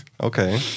Okay